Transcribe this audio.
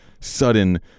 sudden